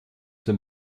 dem